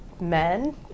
men